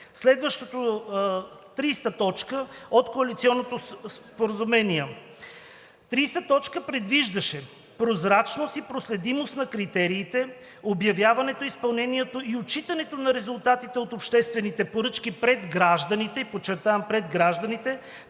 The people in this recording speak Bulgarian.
Следващото – т. 30 от коалиционното споразумение. Точка 30 предвиждаше прозрачност и проследимост на критериите, обявяването, изпълнението и отчитането на резултатите от обществените поръчки пред гражданите и подчертавам пред гражданите,